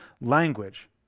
language